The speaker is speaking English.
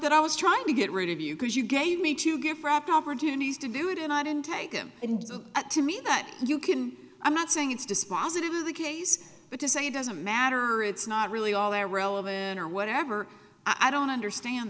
that i was trying to get rid of you cause you gave me two gift wrapped opportunities to do it and i didn't take him to mean that you can i'm not saying it's dispositive of the case but to say it doesn't matter it's not really all there relevant or whatever i don't understand